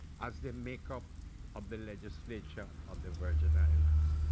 as the makeup of the legislature of the virgin islands.